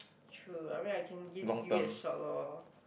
true I mean I can give give it a shot lor